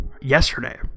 yesterday